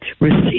receive